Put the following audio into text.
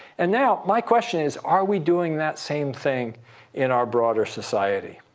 and now, my question is, are we doing that same thing in our broader society?